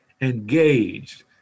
engaged